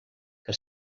que